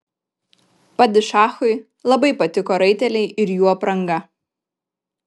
padišachui labai patiko raiteliai ir jų apranga